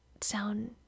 sound